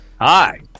hi